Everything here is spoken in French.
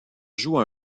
joue